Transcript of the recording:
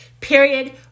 period